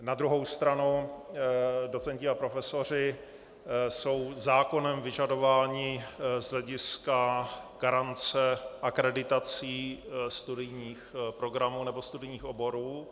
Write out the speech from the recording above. Na druhou stranu docenti a profesoři jsou zákonem vyžadováni z hlediska garance akreditací studijních programů nebo studijních oborů.